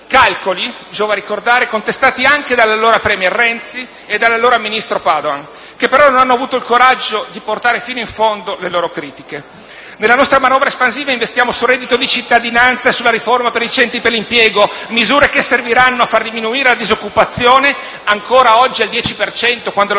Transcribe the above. calcoli - giova ricordarlo - contestati anche dall'allora *premier* Renzi e dall'allora ministro Padoan, che però non hanno avuto il coraggio di portare fino in fondo le loro critiche. Nella nostra manovra espansiva investiamo sul reddito di cittadinanza e sulla riforma dei centri per l'impiego, misure che serviranno a far diminuire la disoccupazione - ancora oggi al 10 per